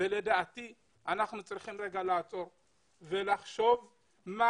ולדעתי אנחנו צריכים לעצור לרגע ולחשוב מה